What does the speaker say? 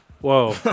Whoa